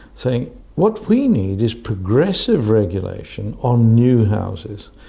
saying what we need is progressive regulation on new houses.